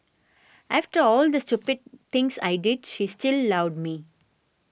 after all the stupid things I did she still loved me